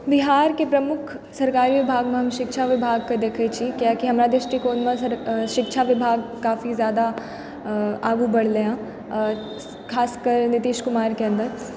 बिहारके प्रमुख सरकारी बिभागमे हम शिक्षा बिभागके दखै छी किएकि हमरा दृष्टिकोणमे शिक्षा बिभाग काफी जादा आगू बढ़लै हऽ खासकर नीतीश कुमार के अन्दर